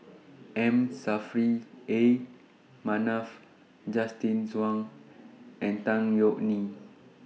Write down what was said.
M Saffri A Manaf Justin Zhuang and Tan Yeok Nee